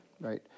Right